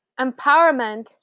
Empowerment